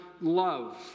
love